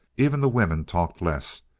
even the women talked less,